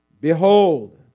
behold